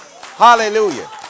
Hallelujah